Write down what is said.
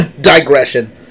digression